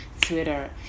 Twitter